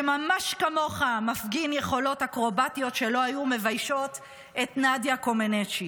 שממש כמוך מפגין יכולות אקרובטיות שלא היו מביישות את נדיה קומנץ'.